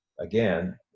again